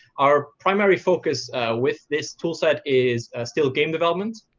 our primary focus with this toolset is still game development,